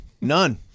none